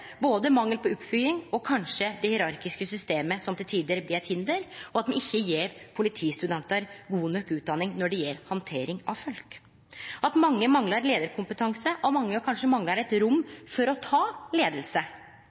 både mangel på oppfølging og kanskje det hierarkiske systemet til tider blir eit hinder – og at vi ikkje gjev politistudentar god nok utdanning når det gjeld handtering av folk. Mange manglar leiarkompetanse, og mange manglar kanskje